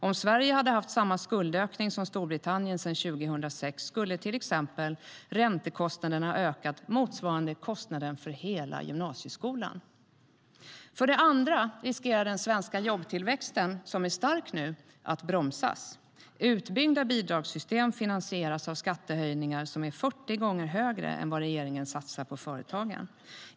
Om Sverige hade haft samma skuldökning som Storbritannien sedan 2006 skulle till exempel räntekostnaderna ha ökat motsvarande kostnaden för hela gymnasieskolan. För det andra riskerar den svenska jobbtillväxten, som nu är stark, att bromsas. Utbyggda bidragssystem finansieras av skattehöjningar som är 40 gånger högre än vad regeringen satsar på företagen.